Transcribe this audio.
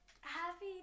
happy